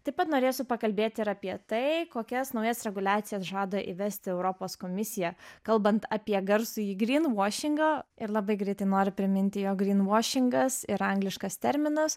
taip pat norėsiu pakalbėti ir apie tai kokias naujas reguliacijas žada įvesti europos komisija kalbant apie garsųjį gryn vašingą ir labai greitai noriu priminti jog gryn vašingas yra angliškas terminas